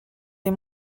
des